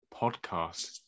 podcast